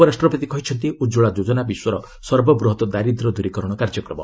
ଉପରାଷ୍ଟ୍ରପତି କହିଛନ୍ତି ଉଜ୍ଜଳା ଯୋଜନା ବିଶ୍ୱର ସର୍ବବୃହତ୍ ଦାରିଦ୍ୟ ଦୂରୀକରଣ କାର୍ଯ୍ୟକ୍ରମ